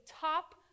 top